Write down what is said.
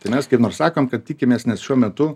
tai mes kaip nors sakom kad tikimės nes šiuo metu